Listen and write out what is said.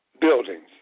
buildings